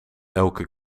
elke